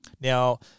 Now